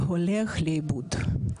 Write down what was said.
הולך לאיבוד.